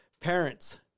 Parents